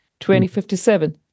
2057